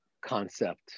concept